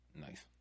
Nice